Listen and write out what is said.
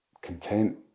content